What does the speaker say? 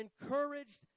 encouraged